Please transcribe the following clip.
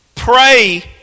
Pray